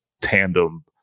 tandem